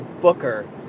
booker